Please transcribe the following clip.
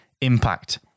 impact